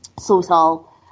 Social